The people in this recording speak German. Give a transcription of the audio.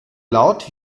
laut